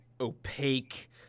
opaque